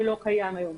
שלא קיים היום.